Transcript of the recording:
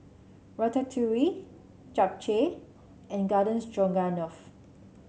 Ratatouille Japchae and Garden Stroganoff